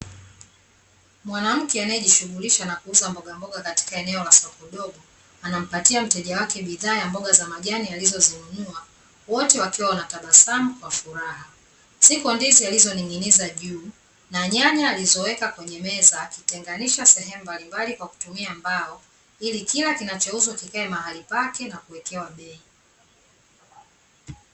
Mwanamke anayejishughulisha na kuuza mboga mboga katika eneo la soko dogo anampatia mteja wake bidhaa ya mboga za majani alizozinunua, wote wakiwa wanatabasamu kwa furaha. Ziko ndizi alizoning’iniza juu na nyanya alizoweka kwenye meza, akitenganisha sehemu mbalimbali kwa kutumia mbao ili kila kinachouzwa kikae mahali pake na kuwekewa bei.